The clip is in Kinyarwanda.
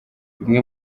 bimwe